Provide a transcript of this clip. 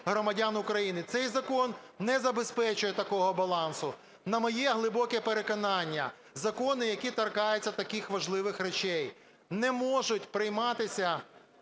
громадян України. Цей закон не забезпечує такого балансу. На моє глибоке переконання, закони, які торкаються таких важливих речей, не можуть прийматися